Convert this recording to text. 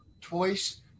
twice